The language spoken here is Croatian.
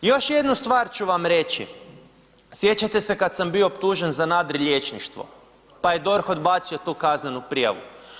Još jednu stvar ću vam reći, sjećate se kad sam bio optužen za nadrilječništvo, pa je DORH odbacio tu kaznenu prijavu.